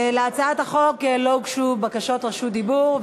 להצעת החוק לא הוגשו בקשות רשות דיבור,